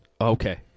Okay